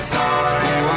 time